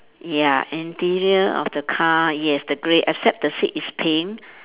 ya interior of the car yes the grey except the seat is pink